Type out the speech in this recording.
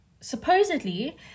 supposedly